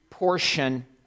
portion